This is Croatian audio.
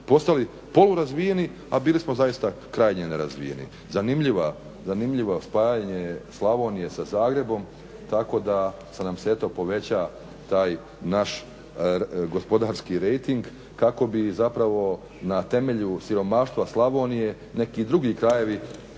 postali polurazvijeni a bili smo zaista krajnje nerazvijeni. Zanimljivo spajanje Slavonije sa Zagrebom tako da nam se eto poveća taj naš gospodarski rejting kako bi na temelju siromaštva Slavonije neki drugi krajevi